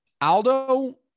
Aldo